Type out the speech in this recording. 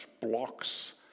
blocks